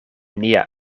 nia